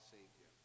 Savior